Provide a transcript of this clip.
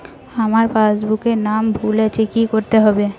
আমার পাসবুকে নাম ভুল আছে কি করতে হবে?